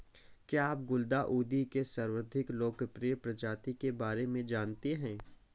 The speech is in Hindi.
क्या आप गुलदाउदी के सर्वाधिक लोकप्रिय प्रजाति के बारे में जानते हैं?